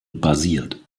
basiert